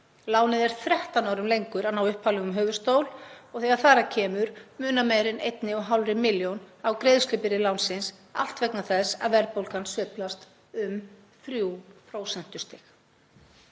Lánið er 13 árum lengur að ná upphaflegum höfuðstól og þegar þar að kemur munar meira en 1,5 milljónum á greiðslubyrði lánsins, allt vegna þess að verðbólgan sveiflast um 3